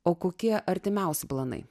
o kokie artimiausi planai